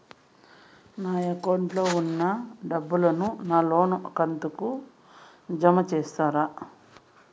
నా అకౌంట్ లో ఉన్న డబ్బును నా లోను కంతు కు జామ చేస్తారా?